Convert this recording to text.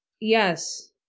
Yes